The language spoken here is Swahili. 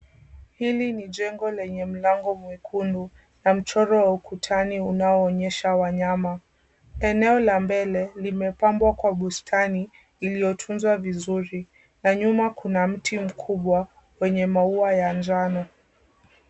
Hili ni jengo lenye mlango mwekundu na mchoro wa ukutani unaoonesha wanyama. Eneo la mbele limepambwa kwa bustani iliotunzwa vizuri na nyuma kuna mti mkubwa wenye maua ya njano.